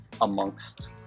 amongst